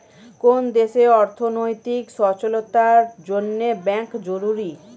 কোন দেশের অর্থনৈতিক সচলতার জন্যে ব্যাঙ্ক জরুরি